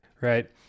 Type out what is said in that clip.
right